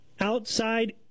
outside